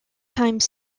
time